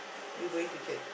you going to church